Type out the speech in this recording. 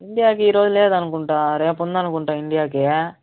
ఇండియాకి ఈరోజు లేదు అనుకుంటాను రేపు ఉంది అనుకుంటు ఇండియాకి